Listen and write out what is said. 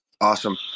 awesome